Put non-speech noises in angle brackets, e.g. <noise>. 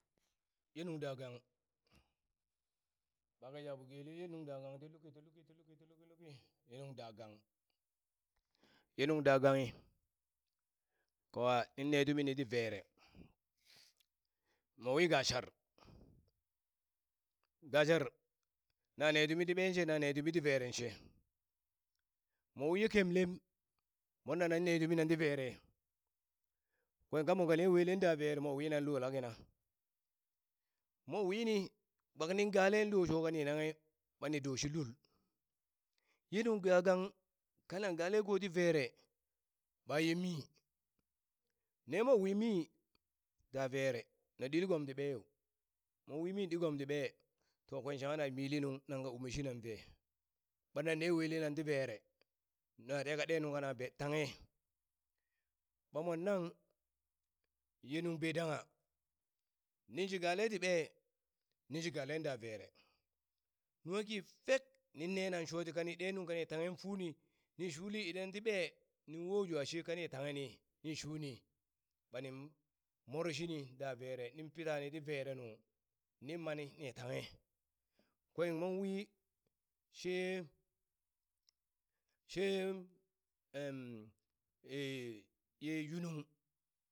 Ye nuŋ da gang ɓaka ja ɓo gele ye nuŋ da gang ti luki ti luki ti luki ti luki luki ye nuŋ da gan ye nuŋ da ganghi kawa nine tuminin ti vere <noise> mowi gashar <noise> gashar nane tumi ti ɓen she nane tumi ti veren she mowi ye kemlem monna nan ne tuminan ti vere, kwen ka mon ka ne welen da vere mo wina lo la kina mo wini kpak nin gale lo sho ka ni nanghe ɓani do shi lul, ye nuŋ da gang kanan gale ko ti vere ɓaye mii, ne mowi mii da vere na ɗili gom ti ɓee yo, monwi miin ɗi gom ti ɓee, to kwen shangha na mili nuŋ nan ka umeshinan ve ɓanan ne welenang ti vere na teka ɗe nungka na be tanghe, ɓa mon nang ye nuŋ be dangha, ninshi gale ti ɓe nin shi galen da vere nwaki fek nin nena shoti kani ne nung tanghen funi ni shuli idan ti ɓee nin wo jwa she kani tanghe ni ni shuni ɓani moro shini da vere nin pitani ti vere nu nin mani ni tanghe kwen mon wii she she <hesitation> ye ye yunung.